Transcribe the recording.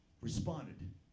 responded